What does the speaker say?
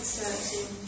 searching